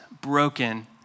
broken